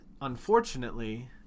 unfortunately